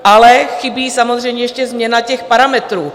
Ale chybí samozřejmě ještě změna parametrů.